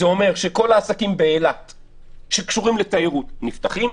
זה אומר שכל העסקים באילת שקשורים לתיירות נפתחים,